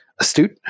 astute